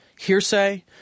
hearsay